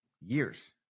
years